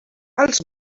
els